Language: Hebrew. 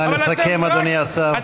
נא לסכם, אדוני השר.